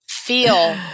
Feel